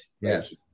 Yes